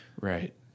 Right